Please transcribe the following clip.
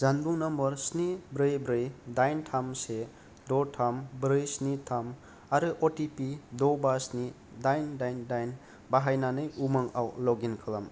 जानबुं नम्बर स्नि ब्रै ब्रै दाइन थाम से द' थाम ब्रै स्नि थाम आरो अटिपि द' बा स्नि दाइन दाइन दाइन बाहायनानै उमांआव लगइन खालाम